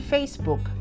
Facebook